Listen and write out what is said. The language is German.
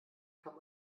kann